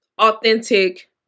authentic